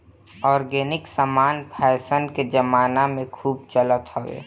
organic समान fashion के जमाना में खूब चलत हवे